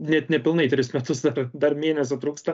net nepilnai tris metus dar dar mėnesio trūksta